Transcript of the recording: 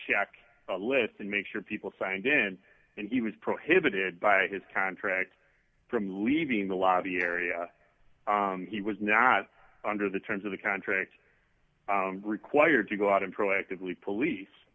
check a list and make sure people signed then and he was prohibited by his contract from leaving the lobby area he was not under the terms of the contract required to go out and proactively police